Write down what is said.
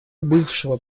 бывшего